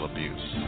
Abuse